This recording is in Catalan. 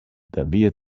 devia